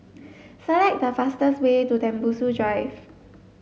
select the fastest way to Tembusu Drive